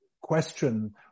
question